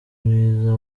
mwiza